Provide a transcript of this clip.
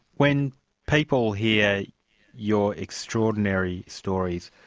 when people hear your extraordinary stories,